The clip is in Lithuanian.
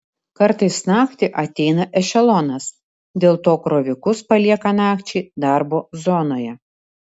kartais naktį ateina ešelonas dėl to krovikus palieka nakčiai darbo zonoje